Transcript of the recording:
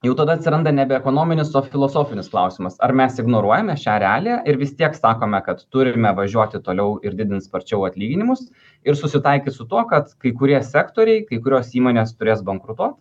jau tada atsiranda nebe ekonominis o filosofinis klausimas ar mes ignoruojame šią realiją ir vis tiek sakome kad turime važiuoti toliau ir didint sparčiau atlyginimus ir susitaikyt su tuo kad kai kurie sektoriai kai kurios įmonės turės bankrutuot